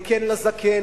"כן לזקן",